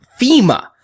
FEMA